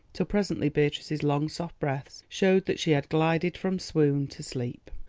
till presently beatrice's long soft breaths showed that she had glided from swoon to sleep.